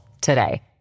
today